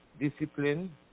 discipline